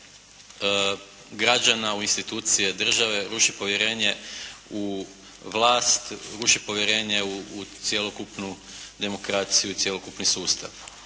građana u institucije države. Ruši povjerenje u vlast, ruši povjerenje u cjelokupnu demokraciju i cjelokupni sustav.